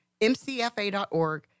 mcfa.org